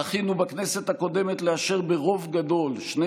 זכינו בכנסת הקודמת לאשר ברוב גדול שני